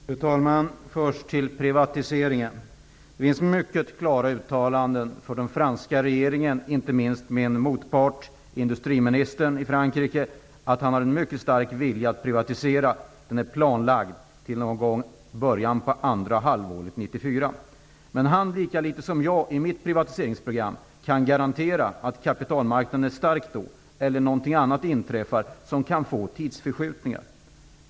Fru talman! Låt mig först ta upp privatiseringen. Det finns mycket klara uttalanden från den franska regeringen, inte minst från min motpart, industriministern i Frankrike, att han har en mycket stark vilja att privatisera. Privatiseringen är planlagd till början av andra halvåret 1994. Men han kan inte, lika litet som jag i mitt privatiseringsprogram, garantera att kapitalmarknaden är stark nog då. Det kan även inträffa andra saker som innebär tidsförskjutningar.